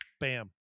bam